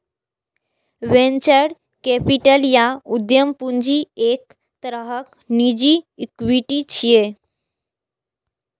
venture capital या उद्यम पूंजी एक तरहक निजी इक्विटी छियै